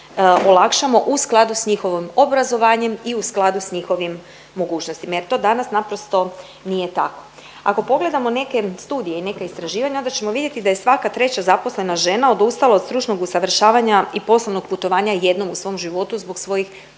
u skladu s njihovom obrazovanjem i u skladu s njihovim mogućnostima jer to danas naprosto nije tako. Ako pogledamo neke studije i neka istraživanja, onda ćemo vidjeti da je svaka treća zaposlena žena odustala od stručnog usavršavanja i poslovnog putovanja jednom u svom životu zbog svojih privatnih